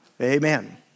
Amen